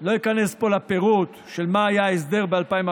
אני לא איכנס לפירוט של מה היה ההסדר ב-2014,